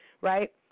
right